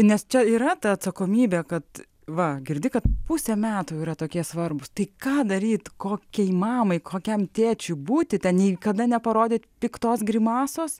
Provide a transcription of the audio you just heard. nes čia yra ta atsakomybė kad va girdi kad pusę metų yra tokie svarbūs tai ką daryti kokiai mamai kokiam tėčiui būti ten niekada neparodyt piktos grimasos